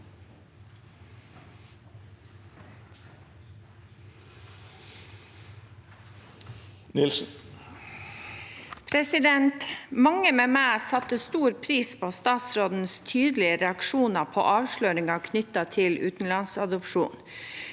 Mange med meg satte stor pris på statsrådens tydelige reaksjoner på avsløringer knyttet til utenlandsadopsjon.